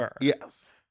Yes